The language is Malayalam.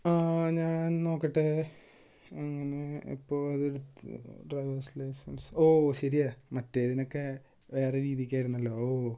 ഞാൻ നോക്കട്ടെ അപ്പോൾ അതെടുത്തു ഡ്രൈവേസ് ലൈസൻസ് ഓ ശരിയാ മറ്റേതിനൊക്കെ വേറെ രീതിക്കായിരുന്നല്ലോ ഓ